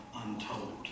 untold